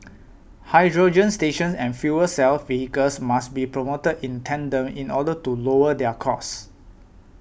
hydrogen stations and fuel cell vehicles must be promoted in tandem in order to lower their cost